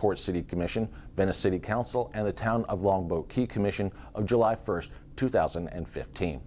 port city commission then a city council and the town of longboat key commission of july first two thousand and fifteen